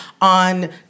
on